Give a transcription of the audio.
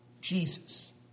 Jesus